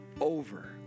over